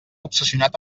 obsessionat